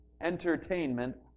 Entertainment